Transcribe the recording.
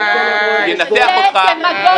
ההסמכה ינתח אותך,